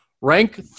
Rank